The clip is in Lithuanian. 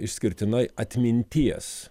išskirtinai atminties